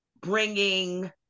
bringing